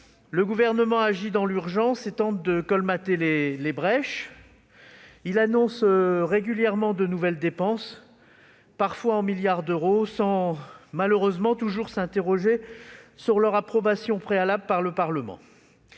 Le Gouvernement agit dans l'urgence et tente de colmater les brèches. Il annonce régulièrement de nouvelles dépenses, parfois en milliards d'euros, sans malheureusement toujours s'inquiéter de leur approbation préalable par le Parlement.